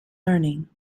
learning